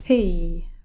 Hey